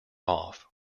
off